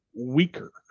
weaker